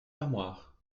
armoire